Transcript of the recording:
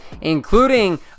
including